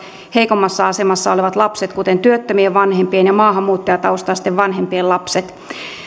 heikommassa asemassa olevat lapset kuten työttömien vanhempien ja maahanmuuttajataustaisten vanhempien lapset